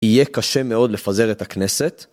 יהיה קשה מאוד לפזר את הכנסת